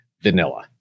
vanilla